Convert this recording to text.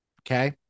Okay